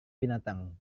binatang